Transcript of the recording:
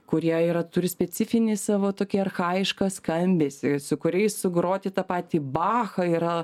kurie yra turi specifinį savo tokį archajišką skambesį su kuriais sugroti tą patį bachą yra